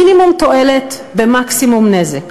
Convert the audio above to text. מינימום תועלת במקסימום נזק,